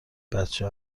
بچه